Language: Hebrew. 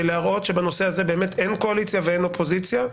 להראות שבנושא הזה אין קואליציה ואין אופוזיציה,